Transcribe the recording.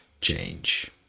change